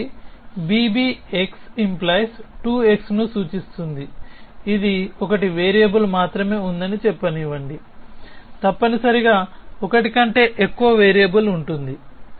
కాబట్టి bbx🡪2x ను సూచిస్తుంది ఇది ఒకటి వేరియబుల్ మాత్రమే ఉందని చెప్పనివ్వండి తప్పనిసరిగా ఒకటి కంటే ఎక్కువ వేరియబుల్ ఉంటుంది